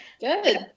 good